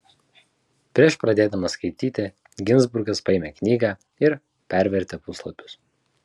prieš pradėdamas skaityti ginzburgas paėmė knygą ir pervertė puslapius